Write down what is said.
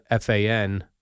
FAN